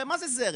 הרי מה זה זרם?